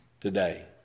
today